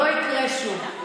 לא יקרה שוב.